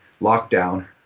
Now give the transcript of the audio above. lockdown